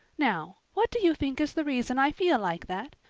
now, what do you think is the reason i feel like that?